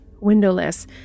windowless